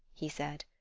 he said.